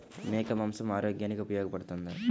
మేక మాంసం ఆరోగ్యానికి ఉపయోగపడుతుందా?